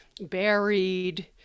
buried